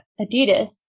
Adidas